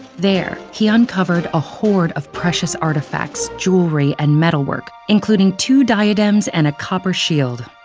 there, he uncovered a hoard of precious artifacts, jewelry, and metalwork, including two diadems and a copper shield.